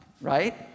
right